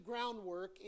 groundwork